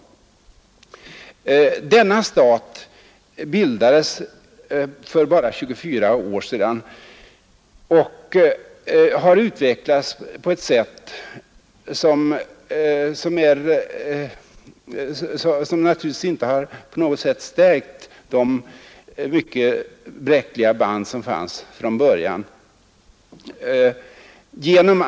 Det är bara 24 år sedan Pakistan bildades och denna stat har sedan utvecklats på ett sätt som inte alls har stärkt de mycket bräckliga band som fanns från början.